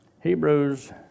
Hebrews